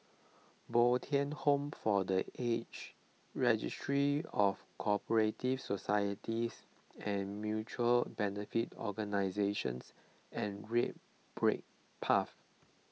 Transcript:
Bo Tien Home for the Aged Registry of Co Operative Societies and Mutual Benefit Organisations and Red Brick Path